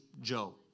Joe